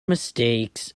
mistakes